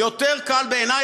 יותר קל בעיני,